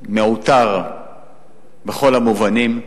מעוטר בכל המובנים,